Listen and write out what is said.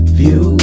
view